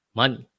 money